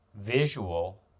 visual